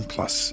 Plus